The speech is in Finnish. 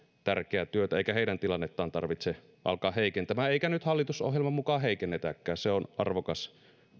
tärkeää työtä eikä heidän tilannettaan tarvitse alkaa heikentämään eikä nyt hallitusohjelman mukaan heikennetäkään se on arvokas